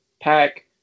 pack